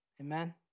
Amen